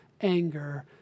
anger